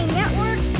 network